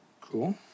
Cool